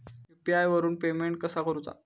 UPI वरून payment कसा करूचा?